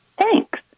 Thanks